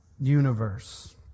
universe